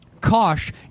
Kosh